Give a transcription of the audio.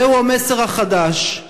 זהו המסר החדש.